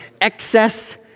excess